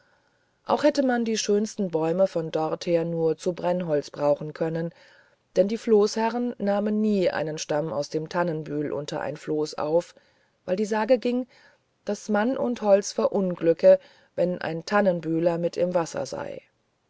auch hätte man die schönsten bäume von dorther nur zu brennholz brauchen können denn die floßherren nahmen nie einen stamm aus dem tannenbühl unter ein floß auf weil die sage ging daß mann und holz verunglücke wenn ein tannenbühler mit im wasser sei